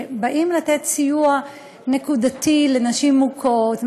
שנועדו לתת סיוע נקודתי לנשים מוכות,